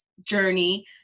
journey